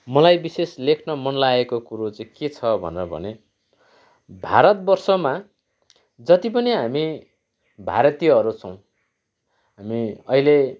मलाई विशेष लेख्न मन लागेको कुरो चाहिँ के छ भनेर भने भारतवर्षमा जति पनि हामी भारतीयहरू छौँ हामी अहिले